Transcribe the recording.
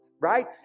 right